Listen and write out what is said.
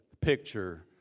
picture